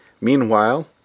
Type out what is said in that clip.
Meanwhile